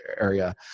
area